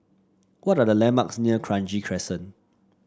what are the landmarks near Kranji Crescent